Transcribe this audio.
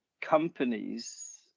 companies